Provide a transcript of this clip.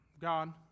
God